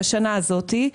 בשנה הזאת,